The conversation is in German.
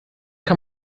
kam